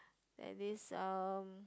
like this um